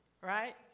right